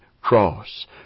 cross